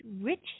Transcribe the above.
rich